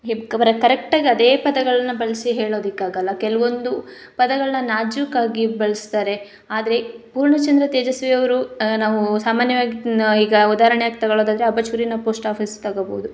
ಕರೆಕ್ಟಾಗ್ ಅದೇ ಪದಗಳ್ನ ಬಳಸಿ ಹೇಳೋದಿಕ್ಕೆ ಆಗೋಲ್ಲ ಕೆಲವೊಂದು ಪದಗಳ್ನ ನಾಜೂಕಾಗಿ ಬಳಸ್ತಾರೆ ಆದರೆ ಪೂರ್ಣಚಂದ್ರ ತೇಜಸ್ವಿ ಅವರು ನಾವೂ ಸಾಮಾನ್ಯವಾಗಿ ಈಗ ಉದಾಹರಣೆಯಾಗಿ ತಗೋಳೋದಾದರೆ ಅಬಚೂರಿನ ಪೋಸ್ಟ್ ಆಫೀಸ್ ತಗೋಬೋದು